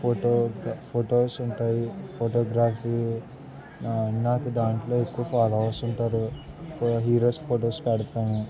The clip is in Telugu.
ఫోటో ఫొటోస్ ఉంటాయి ఫోటోగ్రఫీ నాకు దాంట్లో ఎక్కువ ఫాలోవర్స్ ఉంటారు హీరోస్ ఫొటోస్ పెడతాను